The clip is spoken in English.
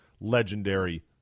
legendary